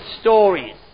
stories